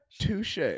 touche